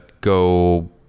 go